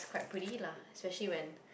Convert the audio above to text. quite pretty lah especially when